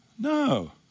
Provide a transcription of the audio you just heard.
No